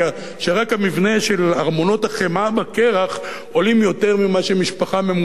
שרק המבנה של ארמונות החמאה בקרח עולה יותר ממה שמשפחה ממוצעת